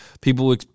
people